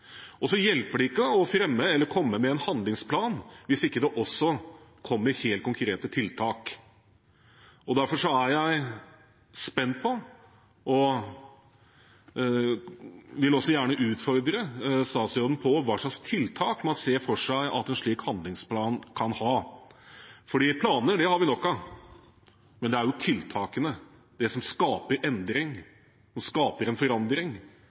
hjelper ikke å fremme en handlingsplan hvis det ikke også kommer helt konkrete tiltak. Derfor er jeg spent på, og vil gjerne utfordre statsråden på, hva slags tiltak man ser for seg at en slik handlingsplan kan ha. For planer har vi nok av, men det er tiltakene – de som skaper endring, som skaper en forandring